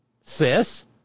sis